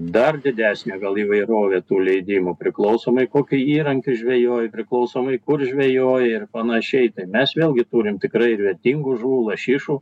dar didesnė gal įvairovė tų leidimų priklausomai kokiu įrankiu žvejoju priklausomai kur žvejoja ir panašiai tai mes vėlgi turime tikrai ir vertingų žuvų lašišų